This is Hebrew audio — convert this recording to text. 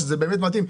שזה באמת מתאים.